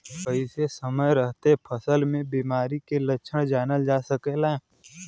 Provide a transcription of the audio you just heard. कइसे समय रहते फसल में बिमारी के लक्षण जानल जा सकेला?